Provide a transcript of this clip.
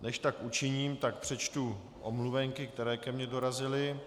Než tak učiním, přečtu omluvenky, které ke mně dorazily.